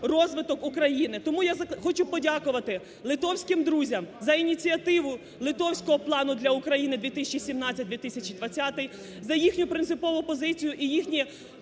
розвиток України. Тому я хочу подякувати литовським друзям за ініціативу литовського "Плану для України 2017-2020", за їхню принципову позицію і їхні